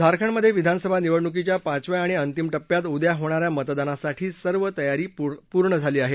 झारखंडमधे विधानसभा निवडणुकीच्या पाचव्या आणि अंतीम पेप्यात उद्या होणा या मतदानासाठी सर्व तयारी पूर्ण झाली आहे